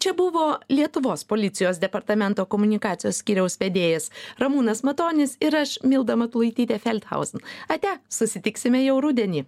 čia buvo lietuvos policijos departamento komunikacijos skyriaus vedėjas ramūnas matonis ir aš milda matulaitytėfeldhausen ate susitiksime jau rudenį